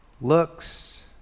Looks